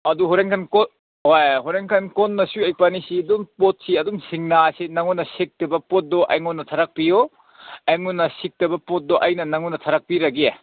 ꯑꯗꯨ ꯍꯣꯔꯦꯟꯀꯥꯟ ꯍꯣꯏ ꯍꯣꯔꯦꯟꯀꯥꯟ ꯀꯣꯟꯅꯁꯨ ꯏꯕꯥꯟꯅꯤꯁꯤ ꯑꯗꯨꯝ ꯄꯣꯠꯁꯤ ꯑꯗꯨꯝ ꯁꯤꯟꯅꯁꯤ ꯅꯪꯉꯣꯟꯗ ꯁꯤꯠꯇꯕ ꯄꯣꯠꯇꯨ ꯑꯩꯉꯣꯟꯗ ꯊꯥꯔꯛꯄꯤꯌꯣ ꯑꯩꯉꯣꯟꯗ ꯁꯤꯠꯇꯕ ꯄꯣꯠꯇꯣ ꯑꯩꯅ ꯅꯪꯉꯣꯟꯗ ꯊꯥꯔꯛꯄꯤꯔꯒꯦ